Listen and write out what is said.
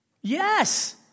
yes